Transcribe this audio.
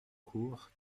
court